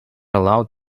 allowed